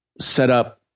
setup